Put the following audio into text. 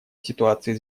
ситуации